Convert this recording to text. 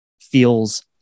feels